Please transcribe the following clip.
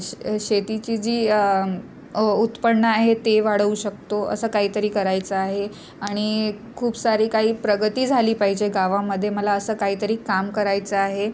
श शेतीची जी उ उत्पन्न आहे ते वाढवू शकतो असं काहीतरी करायचं आहे आणि खूप सारी काही प्रगती झाली पाहिजे गावामध्ये मला असं काहीतरी काम करायचं आहे